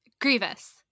Grievous